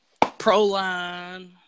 Proline